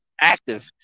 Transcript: active